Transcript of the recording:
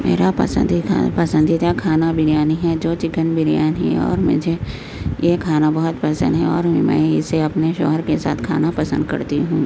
میرا پسندیدہ پسندیدہ کھانا بریانی ہے جو چکن بریانی اور مجھے یہ کھانا بہت پسند ہے اور میں اسے اپنے شوہر کے ساتھ کھانا پسند کرتی ہوں